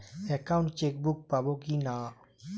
Account chequebook পাবো কি না?